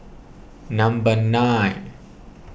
number nine